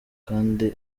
kandi